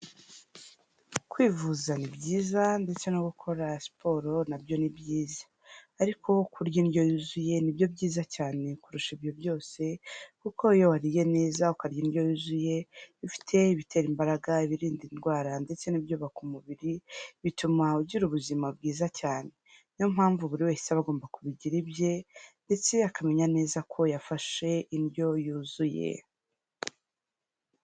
Kwivuza ni byiza ndetse no gukora siporo nabyo ni byiza. Ariko kurya indyo yuzuye ni nibyo byiza cyane kurusha ibyo byose, kuko iyo wariye neza ukarya indyo yuzuye ifite bitera imbaraga, ibirinda indwara ndetse n'ibyubaka umubiri, bituma ugira ubuzima bwiza cyane. Niyo mpamvu buri wese aba agomba kubigira ibye ndetse akamenya neza ko yafashe indyo yuzuye.